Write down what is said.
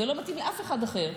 זה לא מתאים לאף אחד אחר.